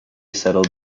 settled